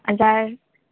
हजुर